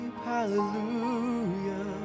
hallelujah